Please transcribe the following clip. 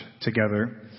together